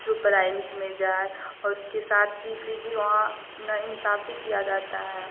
तो प्राइविट में जाए और उसके साथ भी फ़िर भी वहाँ नाइंसाफ़ी किया जाता है